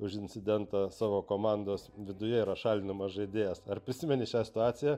už incidentą savo komandos viduje yra šalinamas žaidėjas ar prisimeni šią situaciją